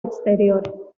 exterior